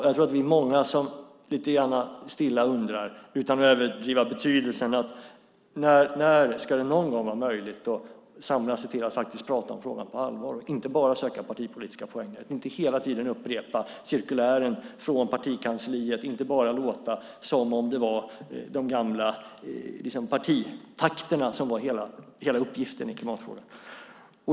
Jag tror att vi är många som utan att överdriva betydelsen stilla undrar om det någon gång blir möjligt att samlas till att faktiskt på allvar prata om frågan och inte bara söka partipolitiska poänger, inte hela tiden upprepa vad som sägs i partikansliets cirkulär och inte bara låta som om de gamla partitakterna liksom är hela uppgiften i klimatfrågan.